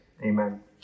Amen